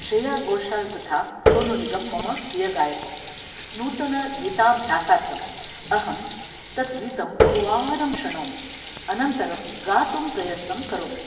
श्रेयागोशाल् तथा सोनुनिगम् मम प्रियगायकौ नूतनगीताभ्यासार्थम् अहं तद्गीतं बहुवारं शृणोमि अनन्तरं गातुं प्रयत्नं करोमि